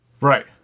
right